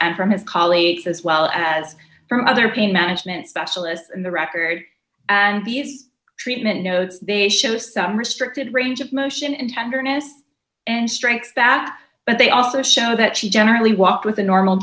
and from his colleagues as well as from other pain management specialist in the record and these treatment notes they show some restricted range of motion and tenderness and strength that but they also show that she generally walked with a normal